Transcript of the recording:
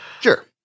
Sure